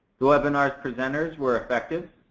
the webinar's presenters were effective.